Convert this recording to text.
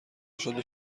شد، به